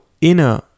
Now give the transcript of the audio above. inner